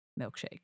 milkshake